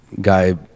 guy